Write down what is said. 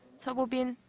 so bo-bin,